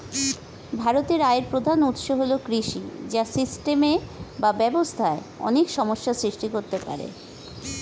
ভারতের আয়ের প্রধান উৎস হল কৃষি, যা সিস্টেমে বা ব্যবস্থায় অনেক সমস্যা সৃষ্টি করতে পারে